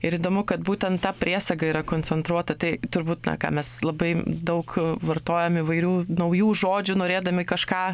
ir įdomu kad būtent tą priesaga yra koncentruota tai turbūt tai na ką mes labai daug vartojam įvairių naujų žodžių norėdami kažką